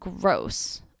gross